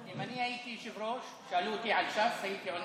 אם אני הייתי יושב-ראש והיו שואלים אותי על ש"ס,